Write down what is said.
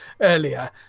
earlier